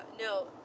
no